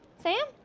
sam?